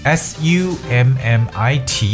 summit